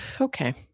Okay